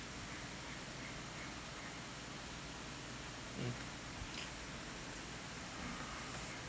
mm